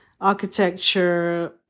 architecture